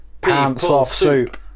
Pants-off-soup